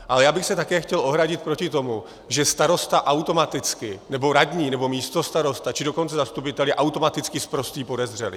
Ale já bych se také chtěl ohradit proti tomu, že starosta nebo radní nebo místostarosta, či dokonce zastupitel je automaticky sprostý podezřelý.